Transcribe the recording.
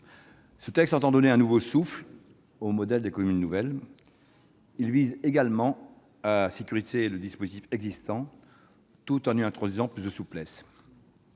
Ce texte entend donner un nouveau souffle au modèle des communes nouvelles. Il vise également à sécuriser le dispositif existant tout en y introduisant plus de souplesse.